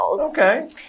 Okay